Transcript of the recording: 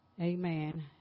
Amen